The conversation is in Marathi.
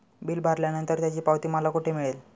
बिल भरल्यानंतर त्याची पावती मला कुठे मिळेल?